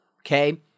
okay